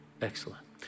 Excellent